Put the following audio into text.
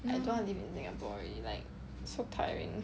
I don't want to live in singapore already like so tiring